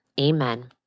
Amen